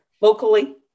locally